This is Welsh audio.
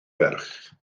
ferch